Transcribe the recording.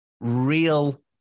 real